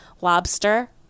lobster